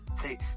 Say